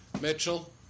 Mitchell